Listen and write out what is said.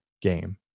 game